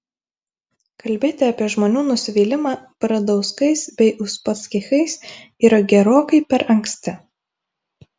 kalbėti apie žmonių nusivylimą bradauskais bei uspaskichais yra gerokai per anksti